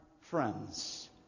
friends